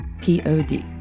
p-o-d